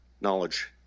knowledge